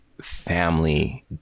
family